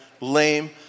lame